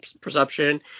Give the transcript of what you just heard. perception